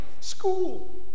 school